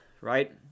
right